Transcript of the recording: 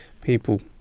people